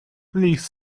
please